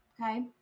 Okay